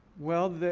well,